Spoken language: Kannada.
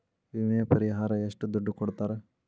ವಿಮೆ ಪರಿಹಾರ ಎಷ್ಟ ದುಡ್ಡ ಕೊಡ್ತಾರ?